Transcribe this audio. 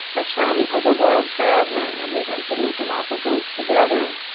ah charlie was a world traveler and we went to the galapagos together.